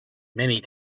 many